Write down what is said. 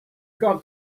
got